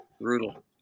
Brutal